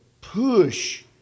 push